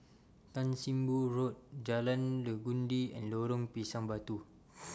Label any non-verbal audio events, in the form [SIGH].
Tan SIM Boh Road Jalan Legundi and Lorong Pisang Batu [NOISE]